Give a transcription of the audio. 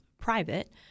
private –